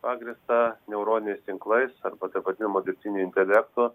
pagrįsta neuroniniais tinklais arba taip vadinamu dirbtiniu intelektu